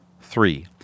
Three